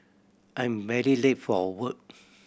I'm very late for work